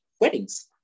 weddings